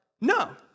No